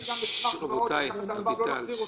את רוצה להסביר בקצרה?